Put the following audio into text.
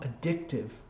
addictive